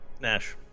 Nash